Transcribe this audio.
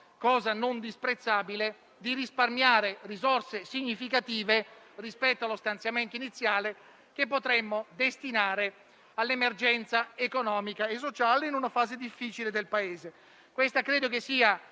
cosa non disprezzabile - di risparmiare risorse significative rispetto allo stanziamento iniziale che potremmo destinare all'emergenza economica e sociale in una fase difficile per il Paese. Ritengo sia